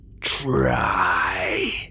Try